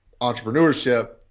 entrepreneurship